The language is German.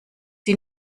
sie